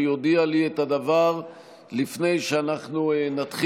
שיודיע לי את הדבר לפני שנתחיל,